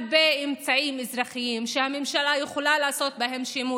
הרבה אמצעים אזרחיים שהממשלה יכולה לעשות בהם שימוש.